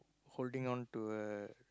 holding on to a